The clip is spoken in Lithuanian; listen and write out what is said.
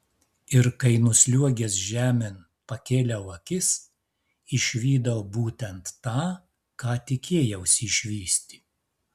ir kai nusliuogęs žemėn pakėliau akis išvydau būtent tą ką tikėjausi išvysti